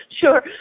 Sure